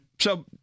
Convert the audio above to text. So-